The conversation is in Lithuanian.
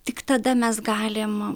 tik tada mes galim